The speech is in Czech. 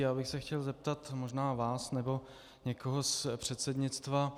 Já bych se chtěl zeptat možná vás nebo někoho z předsednictva.